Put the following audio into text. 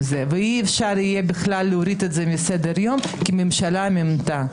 זה ואי אפשר יהיה להוריד את זה מסדר היום כי הממשלה מינתה.